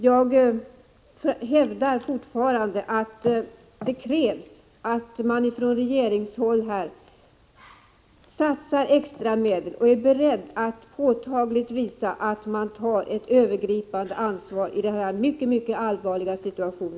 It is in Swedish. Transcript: Jag vidhåller att det krävs att man på regeringshåll satsar extra medel och är beredd att påtagligt visa att man tar ett övergripande ansvar i denna mycket, mycket allvarliga situation.